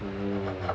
mm